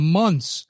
months